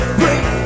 break